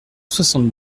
soixante